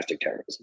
terrorism